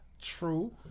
true